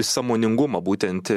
sąmoningumą būtent